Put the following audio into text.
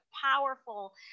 powerful